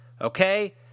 Okay